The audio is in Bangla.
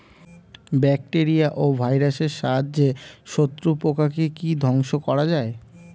ব্যাকটেরিয়া ও ভাইরাসের সাহায্যে শত্রু পোকাকে কি ধ্বংস করা যায়?